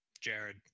Jared